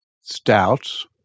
stouts